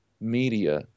media